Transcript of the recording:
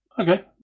Okay